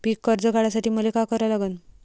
पिक कर्ज काढासाठी मले का करा लागन?